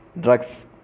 drugs